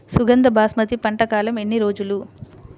సుగంధ బాస్మతి పంట కాలం ఎన్ని రోజులు?